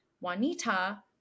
Juanita